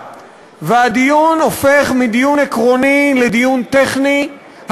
והדיון הופך מדיון עקרוני לדיון טכני,